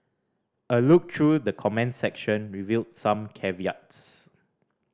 a look through the comments section revealed some caveats